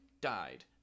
died